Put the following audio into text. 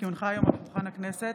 כי הונחו היום על שולחן הכנסת,